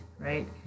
Right